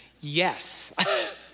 yes